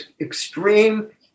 extreme